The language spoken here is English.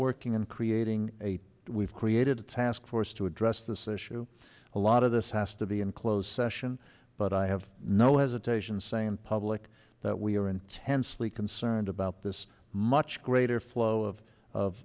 working on creating a we've created a task force to address this issue a lot of this has to be in closed session but i have no hesitation say in public that we are intensely concerned about this much greater flow of of